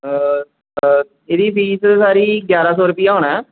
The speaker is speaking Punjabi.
ਇਹਦੀ ਫ਼ੀਸ ਸਾਰੀ ਗਿਆਰਾਂ ਸੌ ਰੁਪਈਆ ਹੋਣਾ